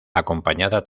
acompañada